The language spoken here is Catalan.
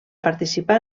participar